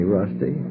Rusty